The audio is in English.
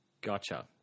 Gotcha